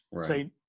Say